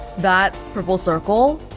that purple circle?